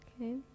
okay